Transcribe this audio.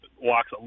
walks